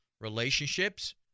relationships